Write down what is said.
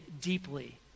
deeply